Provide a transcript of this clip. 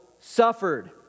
suffered